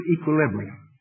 equilibrium